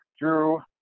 Drew